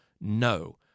no